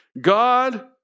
God